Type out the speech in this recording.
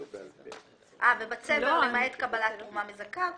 ובצבר, למעט קבלת תרומה מזכה.